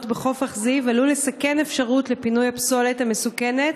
בחוף אכזיב עלול לסכל אפשרות של פינוי הפסולת המסוכנת